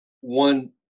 One